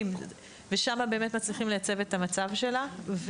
ושם באמת מצליחים לייצב את המצב שלה.